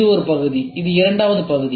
இது ஒரு பகுதி இது இரண்டாவது பகுதி